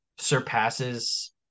surpasses